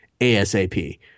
ASAP